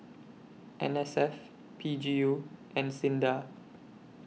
N S F P G U and SINDA